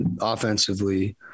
offensively